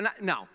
no